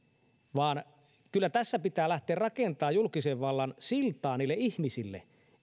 vaan kyllä tässä pitää julkisen vallan lähteä rakentamaan siltaa niille ihmisille